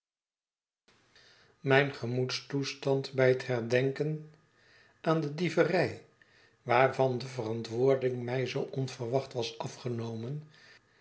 mijn gemoedstoestand bij het herdenken aan de dieverij waarvan de verantwoording mij zoo onverwacht was afgenomen